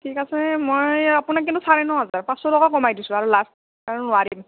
ঠিক আছে মই আপোনাক কিন্তু চাৰে ন হাজাৰ পাঁচশ টকা কমাই দিছোঁ আৰু লাষ্ট আৰু নোৱাৰি